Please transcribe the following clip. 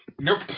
Nope